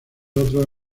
otros